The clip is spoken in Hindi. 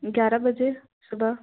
ग्यारह बजे सुबह